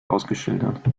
ausgeschildert